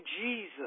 Jesus